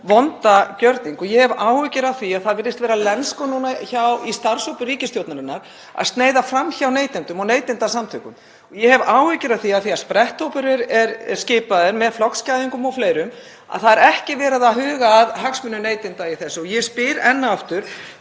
vonda gjörning. Ég hef áhyggjur af því að það virðist vera lenska í starfshópum ríkisstjórnarinnar að sneiða fram hjá neytendum og neytendasamtökum. Ég hef áhyggjur af því að þegar spretthópurinn er skipaður flokksgæðingum og fleirum sé ekki verið að huga að hagsmunum neytenda í þessu. Ég spyr enn og aftur: